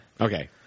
Okay